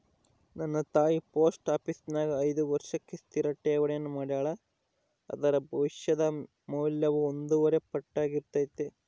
ನನ್ನ ತಾಯಿ ಪೋಸ್ಟ ಆಪೀಸಿನ್ಯಾಗ ಐದು ವರ್ಷಕ್ಕೆ ಸ್ಥಿರ ಠೇವಣಿಯನ್ನ ಮಾಡೆಳ, ಅದರ ಭವಿಷ್ಯದ ಮೌಲ್ಯವು ಒಂದೂವರೆ ಪಟ್ಟಾರ್ಗಿತತೆ